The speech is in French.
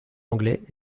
anglais